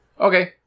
Okay